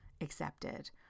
accepted